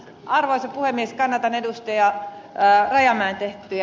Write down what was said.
arvoisa puhemies kanadan edustaja ja myynti ja